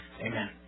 Amen